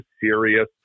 serious